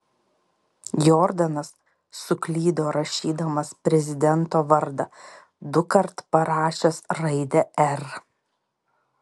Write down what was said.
jordanas suklydo rašydamas prezidento vardą dukart parašęs raidę r